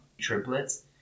triplets